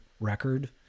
record